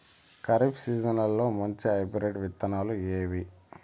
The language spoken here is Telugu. ఖరీఫ్ సీజన్లలో మంచి హైబ్రిడ్ విత్తనాలు ఏవి